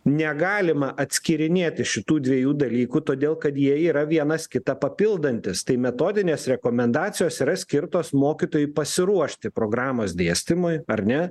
negalima atskyrinėti šitų dviejų dalykų todėl kad jie yra vienas kitą papildantys tai metodinės rekomendacijos yra skirtos mokytojui pasiruošti programos dėstymui ar ne